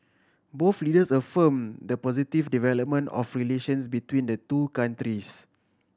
both leaders affirm the positive development of relations between the two countries